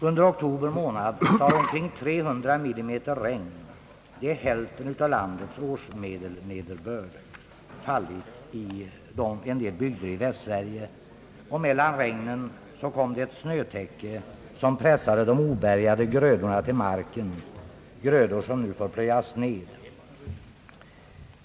Under oktober månad har omkring 300 millimeter regn — det är hälften av landets årsmedelnederbörd — fallit i en del bygder i Västsverige, och mellan regnen kom det ett snötäcke som pressade de obärgade grödorna till marken. Dessa grödor får nu plöjas ned.